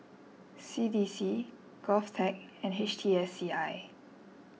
C D C Govtech and H T S C I